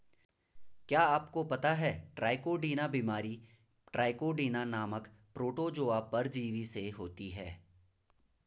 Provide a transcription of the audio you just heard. क्या आपको पता है ट्राइकोडीना बीमारी ट्राइकोडीना नामक प्रोटोजोआ परजीवी से होती है?